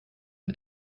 ein